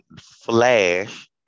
flash